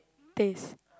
taste